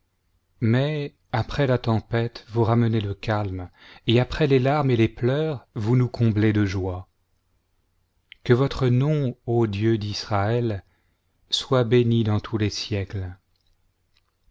mais après la tempête vous ramenez le calme ut après les larmes et les pleurs vous nous comblez de joie que votre nom ô dieu d'israël eoit béni dans tous les siècles